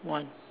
one